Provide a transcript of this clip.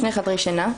שני חדרי שינה,